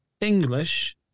English